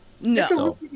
no